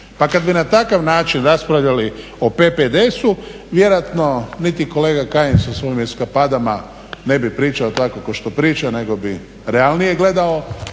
Pa kad bi na takav način raspravljali o PPDS-u vjerojatno niti kolega Kajin sa svojim eskapadama ne bi pričao tako kao što priča nego bi realnije gledao